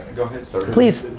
go ahead sir. please.